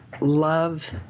love